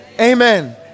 amen